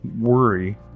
worry